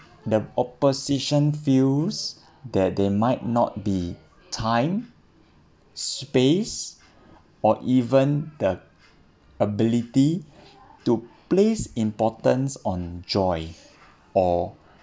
the opposition views that there might not be time space or even the ability to place importance on joy or